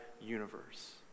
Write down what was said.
universe